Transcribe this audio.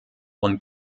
und